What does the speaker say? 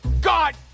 God